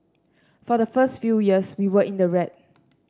for the first few years we were in the red